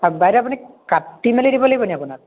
বাইদেউ আপুনি কাটি মেলি দিব লাগিব নেকি আপোনাক